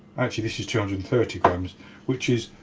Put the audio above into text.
actually this is two hundred and thirty grams which is